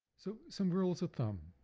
so, some rules of thumb.